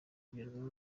kugerwaho